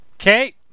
okay